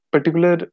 Particular